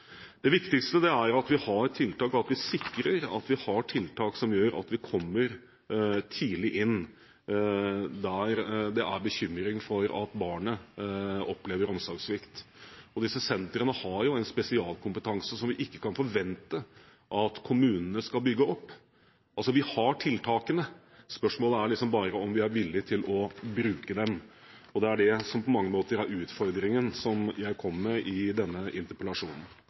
Det viktigste er at vi sikrer at vi har tiltak som gjør at vi kommer tidlig inn der det er bekymring for at barnet opplever omsorgssvikt. Disse sentrene har en spesialkompetanse som vi ikke kan forvente at kommunene skal bygge opp. Vi har tiltakene, spørsmålet er bare om vi er villig til å bruke dem. Det er det som på mange måter er utfordringen som jeg kommer med i denne interpellasjonen.